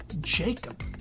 Jacob